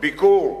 ביקור.